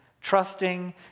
trusting